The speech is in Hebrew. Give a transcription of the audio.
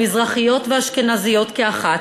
מזרחיות ואשכנזיות כאחת,